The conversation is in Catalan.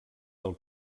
del